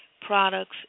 products